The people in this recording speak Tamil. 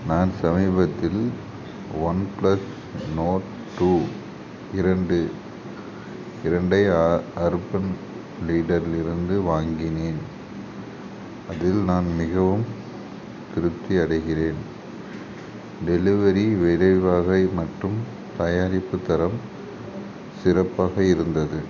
நான் சமீபத்தில் ஒன் ப்ளஸ் நோட் டூ இரண்டு இரண்டை அ அர்பன் டீலரிலிருந்து வாங்கினேன் அதில் நான் மிகவும் திருப்தி அடைகிறேன் டெலிவரி விரைவாக மற்றும் தயாரிப்புத் தரம் சிறப்பாக இருந்தது